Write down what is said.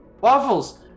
Waffles